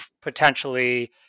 potentially